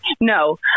no